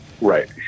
right